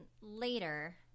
later